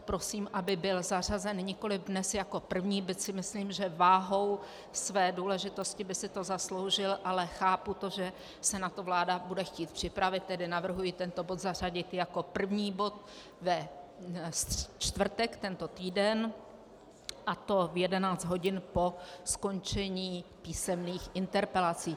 Prosím, aby byl zařazen nikoli dnes jako první, byť si myslím, že váhou své důležitosti by si to zasloužil, ale chápu to, že se na to vláda bude chtít připravit, tedy navrhuji tento bod zařadit jako první bod ve čtvrtek tento týden, a to v 11 hodin po skončení písemných interpelací.